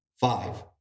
five